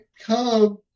Come